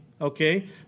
Okay